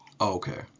okay